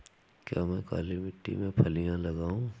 क्या मैं काली मिट्टी में फलियां लगाऊँ?